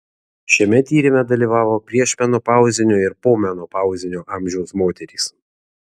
šiame tyrime dalyvavo priešmenopauzinio ir pomenopauzinio amžiaus moterys